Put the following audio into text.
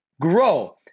grow